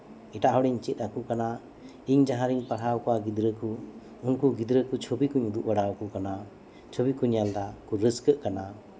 ᱮᱴᱟᱜ ᱦᱚᱲᱤᱧ ᱪᱮᱫ ᱟᱠᱚ ᱠᱟᱱᱟ ᱤᱧ ᱡᱟᱸᱦᱟ ᱨᱤᱧ ᱯᱟᱲᱦᱟᱣ ᱠᱚᱣᱟ ᱜᱤᱫᱽᱨᱟᱹ ᱠᱚ ᱩᱱᱠᱩ ᱜᱤᱫᱽᱨᱟᱹ ᱠᱚ ᱪᱷᱚᱵᱤ ᱠᱚᱧ ᱩᱫᱩᱜ ᱵᱟᱲᱟ ᱟᱠᱚ ᱠᱟᱱᱟ ᱪᱷᱚᱵᱤ ᱠᱚ ᱧᱮᱞ ᱫᱟ ᱟᱨᱠᱚ ᱨᱟᱹᱥᱠᱟᱹᱜ ᱠᱟᱱᱟ